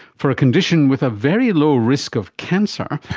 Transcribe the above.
for a condition with a very low risk of cancer,